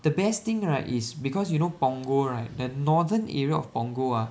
the best thing right is because you know Punggol right the northern area of Punggol ah